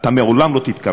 אתה לעולם לא תתקרנף,